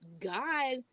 God